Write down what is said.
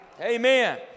Amen